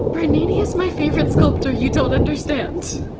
bernini is my favorite sculptor, you don't understand.